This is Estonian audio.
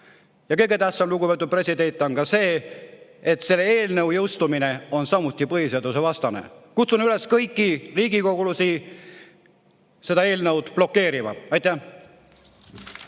Ja kõige tähtsam, lugupeetud president, on see, et selle eelnõu jõustumine on samuti põhiseadusvastane. Kutsun üles kõiki riigikogulasi seda eelnõu blokeerima. Aitäh!